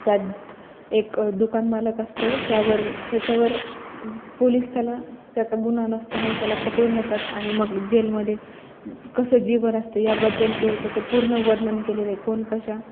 त्यात एक दुकान मालक असतो त्यावर त्याच्यावर पोलीस त्याला त्याचा गुन्हा नसतानाही त्याला पकडून नेतात आणि मग जेलमध्ये कसं जीवन असते याबद्दल तो त्याचं पूर्ण वर्णन केलेलं आहे कोण कशा